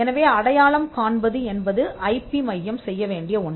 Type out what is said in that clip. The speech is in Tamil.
எனவே அடையாளம் காண்பது என்பது ஐபி மையம் செய்யவேண்டிய ஒன்று